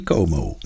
Como